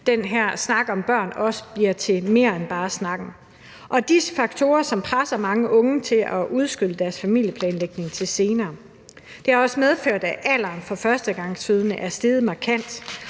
den her snak om børn også bliver til mere end bare snak, og disse faktorer presser mange unge til at udskyde deres familieplanlægning til senere. Det har også medført, at alderen for førstegangsfødende er steget markant,